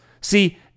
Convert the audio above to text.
See